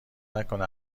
نکنه